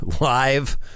Live